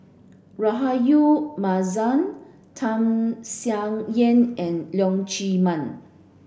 Rahayu Mahzam Tham Sien Yen and Leong Chee Mun